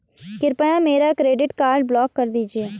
कृपया मेरा credit card block कर दीजिए